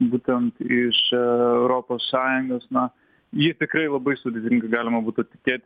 būtent iš europos sąjungos na ji tikrai labai sudėtinga galima būtų tikėt